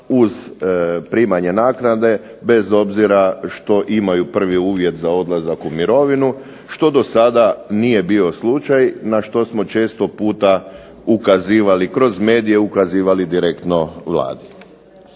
uz primanje naknade, bez obzira što imaju prvi uvjet za odlazak u mirovinu što do sada nije bio slučaj, na što smo često puta ukazivali kroz medije, ukazivali direktno Vladi.